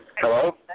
Hello